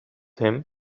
him